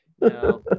No